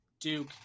duke